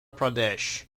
pradesh